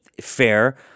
fair